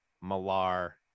Malar